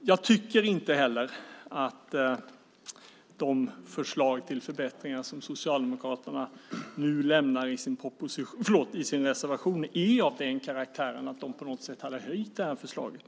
Jag tycker inte heller att de förslag till förbättringar som Socialdemokraterna nu lämnar i sin reservation är av den karaktären att de hade höjt förslaget.